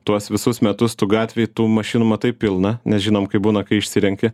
tuos visus metus tu gatvėj tų mašinų matai pilna nes žinom kaip būna kai išsirenki